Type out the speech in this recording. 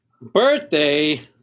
birthday